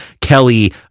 kelly